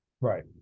Right